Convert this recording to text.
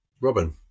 Robin